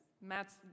Matt's